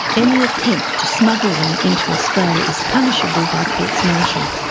any attempt to smuggle them into australia is punishable by courts martial.